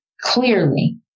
Clearly